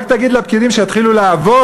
רק תגיד לפקידים שיתחילו לעבוד.